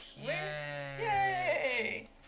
yay